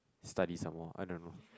study some more I don't know